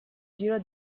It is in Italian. giro